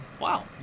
Wow